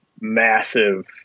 massive –